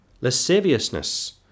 lasciviousness